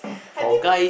I think